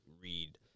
read